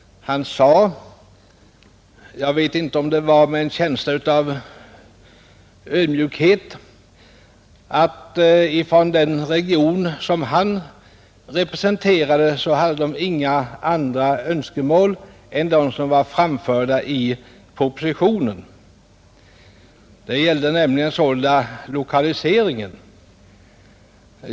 Han sade — jag vet inte om det var med en känsla av ödmjukhet — att den region som han representerade inte hade några andra önskemål än de som var framförda i propositionen. Det gällde sålunda lokaliseringen.